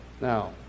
Now